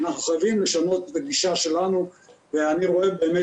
אנחנו חייבים לשנות את הגישה שלנו ואני באמת